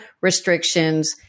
restrictions